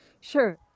Sure